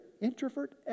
Introvert